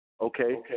okay